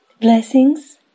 Blessings